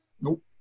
Nope